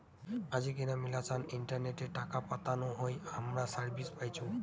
আজিকেনা মেলাছান ইন্টারনেটে টাকা পাতানো হই হামরা সার্ভিস পাইচুঙ